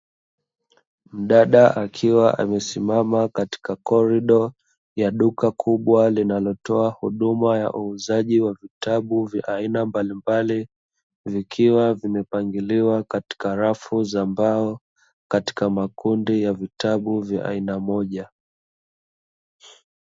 Mdada akiwa amesimama katika korido ya duka kubwa, linalotoa huduma ya uuzaji wa vitabu vya aina mbalimbali, vikiwa vimepangiliwa katika rafu za mbao katika makundi ya vitabu vya aina moja.